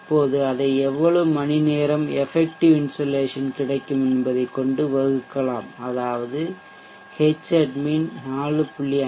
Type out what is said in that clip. இப்போது அதை எவ்வளவு மணி நேரம் எபெக்டடிவ் இன்சோலேஷன் கிடைக்கும் என்பதைக் கொண்டு வகுக்கலாம் அதாவது ஹெட்ச்அட்மின் 4